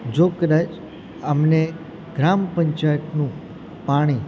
જો કદાચ અમને ગ્રામ પંચાયતનું પાણી